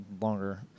longer